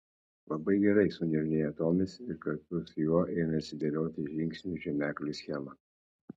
labai gerai suniurnėjo tomis ir kartu su juo ėmėsi dėlioti žingsnių žymeklių schemą